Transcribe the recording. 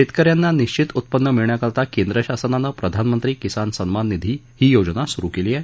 शेतकऱ्यांना निश्चित उत्पन्न मिळण्याकरिता केंद्र शासनाने प्रधानमंत्री किसान सन्मान निधी ही योजना सुरु केली आहे